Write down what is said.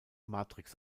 matrix